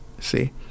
see